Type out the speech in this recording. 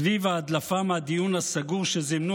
סביב ההדלפה מהדיון הסגור שזימנו